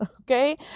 okay